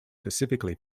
specifically